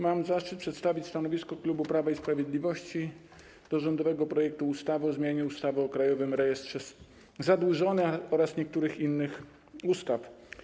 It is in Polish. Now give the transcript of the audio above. Mam zaszczyt przedstawić stanowisko klubu Prawa i Sprawiedliwości wobec rządowego projektu ustawy o zmianie ustawy o Krajowym Rejestrze Zadłużonych oraz niektórych innych ustaw.